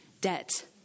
debt